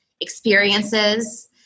experiences